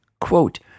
Quote